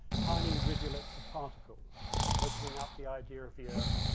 tiny rivulets of particles opening up the idea of the earth,